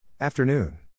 Afternoon